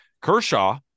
Kershaw